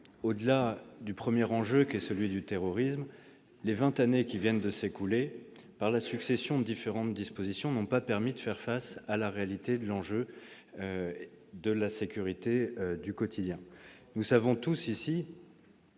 au-delà du premier enjeu, le terrorisme, les vingt années qui viennent de s'écouler, avec la succession des différents dispositifs, n'ont pas permis de faire face à la réalité de l'enjeu de la sécurité du quotidien. Nous le savons tous ici,